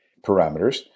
parameters